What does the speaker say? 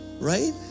Right